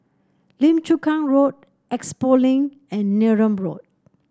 Lim Chu Kang Road Expo Link and Neram Road